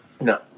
No